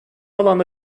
alanda